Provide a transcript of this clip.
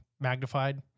magnified